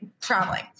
traveling